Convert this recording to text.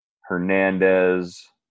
Hernandez